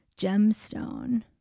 gemstone